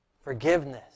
Forgiveness